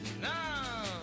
now